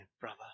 brother